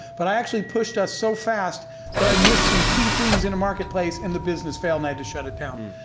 but i actually pushed us so fast that i missed some key things in a marketplace, and the business failed, and i had to shut it down.